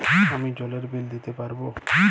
আমি জলের বিল দিতে পারবো?